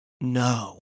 no